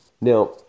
Now